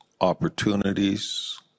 opportunities